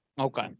Okay